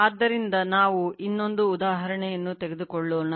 ಆದ್ದರಿಂದ ನಾವು ಇನ್ನೊಂದು ಉದಾಹರಣೆಯನ್ನು ತೆಗೆದುಕೊಳ್ಳೋಣ